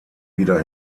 wieder